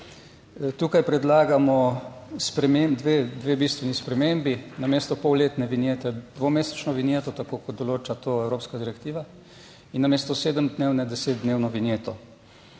Tukaj predlagamo sprememb, dve bistveni spremembi, namesto polletne vinjete dvomesečno vinjeto, tako kot določa to evropska direktiva in namesto sedemdnevne, desetdnevno vinjeto.